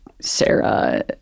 Sarah